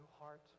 heart